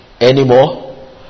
anymore